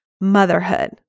motherhood